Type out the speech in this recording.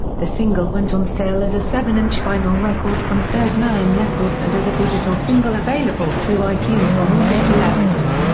the single went on sale as a seven inch vinyl record from third man records and as a digital single available through ah itunes on august eleven.